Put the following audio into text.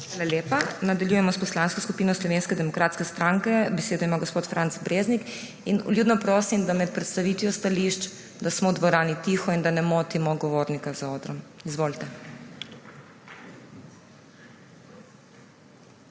Hvala lepa. Nadaljujemo s Poslansko skupino Slovenske demokratske stranke, besedo ima gospod Franc Breznik. Vljudno prosim, da smo med predstavitvijo v dvorani tiho in da ne motimo govornika za odrom. Izvolite.